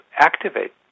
activate